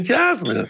Jasmine